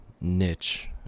niche